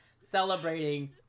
celebrating